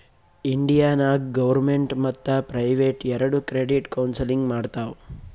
India ನಾಗ್ government ಮತ್ತ private ಎರೆಡು ಕ್ರೆಡಿಟ್ ಕೌನ್ಸಲಿಂಗ್ ಮಾಡ್ತಾವ್